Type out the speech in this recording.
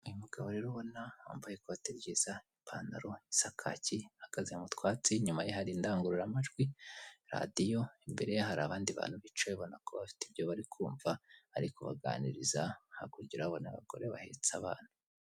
Uyu mugabo rero ubona wambaye ikote ryiza, ipantaro isa kaki, ahagaze mu twatsi inyuma ye hari indangururamajwi; radiyo, imbere hari abandi bantu bicaye ubona ko bafite ibyo bari kumva, ari kubaganiriza, hakurya urahabona abagore bahetse abana.